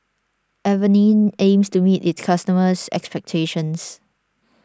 Avene aims to meet its customers' expectations